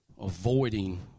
avoiding